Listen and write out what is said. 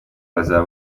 bazaba